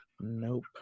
Nope